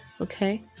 Okay